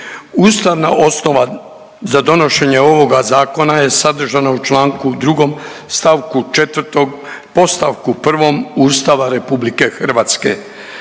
ustavna osnova za donošenje ovoga zakona je sadržana u Članku 2. stavku 4. postavku 1. Ustava RH.